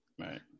Right